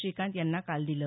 श्रीकांत यांना काल दिलं